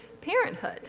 parenthood